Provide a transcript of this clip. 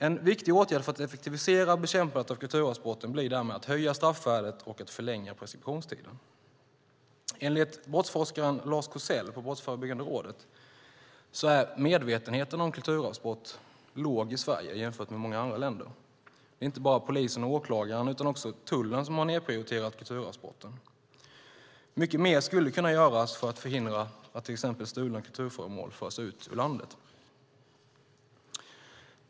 En viktig åtgärd för att effektivisera bekämpandet av kulturarvsbrotten blir därmed att höja straffvärdet och förlänga preskriptionstiden. Enligt brottsforskaren Lars Korsell på Brottsförebyggande rådet är medvetenheten om kulturarvsbrott låg i Sverige jämfört med i många andra länder. Det är inte bara polis och åklagare utan också tullen som har nedprioriterat kulturarvsbrotten. Mycket mer skulle kunna göras för att förhindra att till exempel stulna kulturföremål förs ut ur landet.